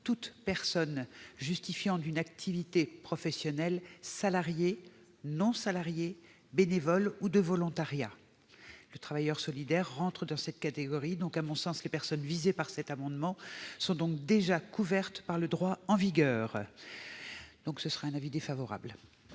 toute personne justifiant d'une activité professionnelle salariée, non salariée, bénévole ou de volontariat ». Les travailleurs solidaires rentrent dans cette catégorie. À mon sens, les personnes visées par cet amendement sont déjà couvertes par le droit en vigueur. La commission a donc émis un avis défavorable.